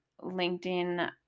LinkedIn